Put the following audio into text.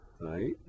right